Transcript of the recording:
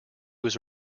was